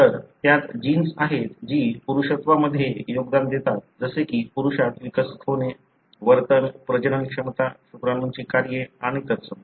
तर त्यात जीन्स आहेत जी पुरुषत्वामध्ये योगदान देतात जसे की पुरुषात विकसित होणे वर्तन प्रजनन क्षमता शुक्राणूंची कार्ये आणि तत्सम